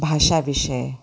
भाषा विषय